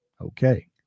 okay